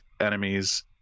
enemies